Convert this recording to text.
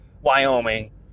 Wyoming